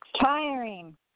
Tiring